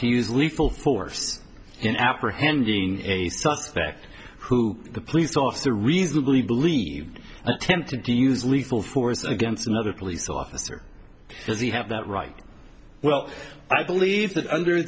to use lethal force in apprehending a suspect who the police officer reasonably believed attempted to use lethal force against another police officer does he have that right well i believe that under